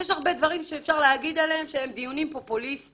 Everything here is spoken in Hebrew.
יש הרבה דברים שאפשר להגיד עליהם שהם דיונים פופוליסטיים,